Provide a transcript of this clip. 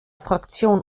fraktion